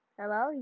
hello